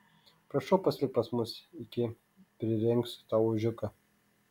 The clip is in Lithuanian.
prašau pasilik pas mus iki prirengsiu tau ožiuką